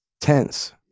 Tense